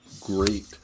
great